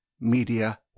Media